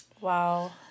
Wow